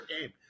game